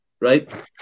right